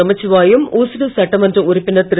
நமச்சிவாயம் ஊசுடு சட்டமன்ற உறுப்பினர் திரு